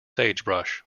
sagebrush